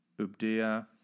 Ubdia